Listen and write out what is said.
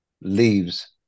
leaves